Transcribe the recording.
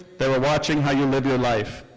they were watching how you live your life.